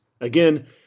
Again